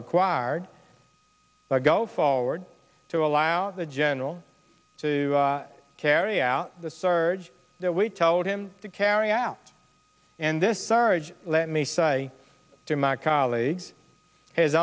required to go forward to allow the general to carry out the surge that we told him to carry out and this surge let me say to my colleagues has